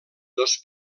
dos